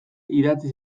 idatzi